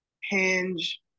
Hinge